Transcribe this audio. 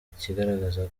kigaragaza